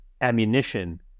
ammunition